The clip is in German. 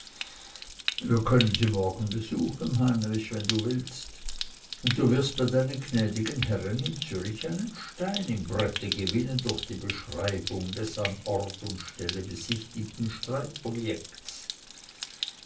wir können sie morgen besuchen heinrich wenn du willst und du wirst bei deinen gnädigen herren in zürich einen stein im brette gewinnen durch die beschreibung des an ort und stelle besichtigten